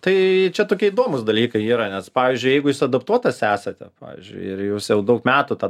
tai čia tokie įdomūs dalykai yra nes pavyzdžiui jeigu jūs adaptuotas esate pavyzdžiui ir jūs jau daug metų tą